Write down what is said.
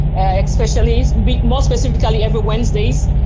especially, more specifically every wednesdays,